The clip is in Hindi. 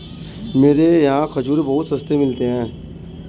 मेरे यहाँ खजूर बहुत सस्ते मिलते हैं